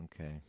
Okay